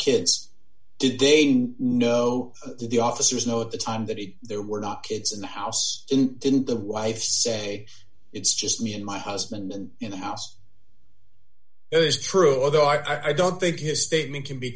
kids did they know the officers know at the time that he they were not kids in the house in didn't the wife say it's just me and my husband in the house is true although i don't think his statement can be